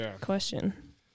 question